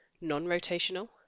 non-rotational